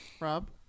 Rob